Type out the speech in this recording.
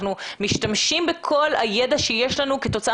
אנחנו משתמשים בכל הידע שיש לנו כתוצאה